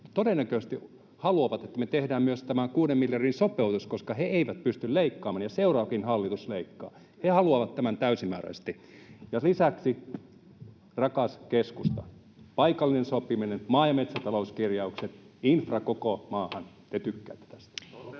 todennäköisesti haluavat, että me tehdään myös tämä kuuden miljardin sopeutus, koska he eivät pysty leikkaamaan ja seuraavakin hallitus leikkaa. He haluavat tämän täysimääräisesti. Ja lisäksi, rakas keskusta, paikallinen sopiminen, maa- ja metsätalouskirjaukset, infra koko maahan, te tykkäätte tästä.